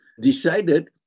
decided